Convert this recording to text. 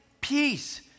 Peace